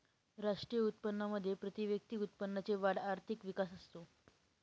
राष्ट्रीय उत्पन्नामध्ये प्रतिव्यक्ती उत्पन्नाची वाढ आर्थिक विकास असतो